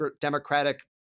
democratic